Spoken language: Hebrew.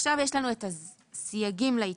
ועכשיו יש לנו את הסייגים לעדכון.